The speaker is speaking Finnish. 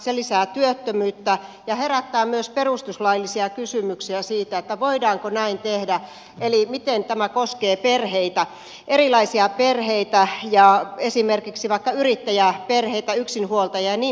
se lisää työttömyyttä ja herättää myös perustuslaillisia kysymyksiä siitä voidaanko näin tehdä eli miten tämä koskee perheitä erilaisia perheitä esimerkiksi vaikka yrittäjäperheitä yksinhuoltajia ja niinpäin pois